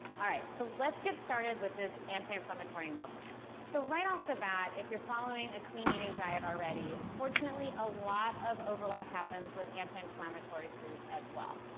all right, so let's get started with this anti-inflammatory meal plan. so, right off the bat, if you're following a clean eating diet already, fortunately, a lot of overlap happens with anti-inflammatory foods as well.